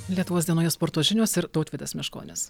lietuvos dienoje sporto žinios ir tautvydas meškonis